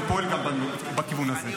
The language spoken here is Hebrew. אני פועל גם בכיוון הזה.